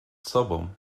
sobą